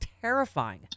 terrifying